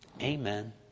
Amen